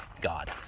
God